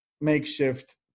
makeshift